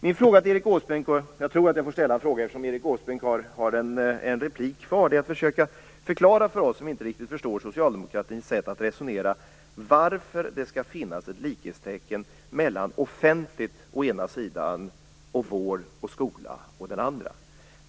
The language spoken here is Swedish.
Min fråga till Erik Åsbrink - jag tror att jag får ställa en fråga, eftersom Erik Åsbrink har ett anförande kvar - är en begäran att han försöker förklara för oss som inte riktigt förstår socialdemokratins sätt att resonera varför det skall finnas ett likhetstecken mellan offentligt å ena sidan och vård och skola å andra sidan.